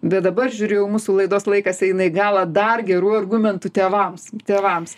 bet dabar žiūriu jau mūsų laidos laikas eina į galą dar gerų argumentų tėvams tėvams